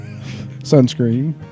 Sunscreen